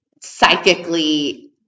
psychically